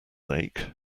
ache